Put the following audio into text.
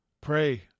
pray